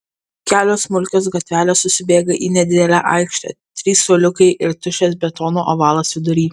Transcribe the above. kelios smulkios gatvelės susibėga į nedidelę aikštę trys suoliukai ir tuščias betono ovalas vidury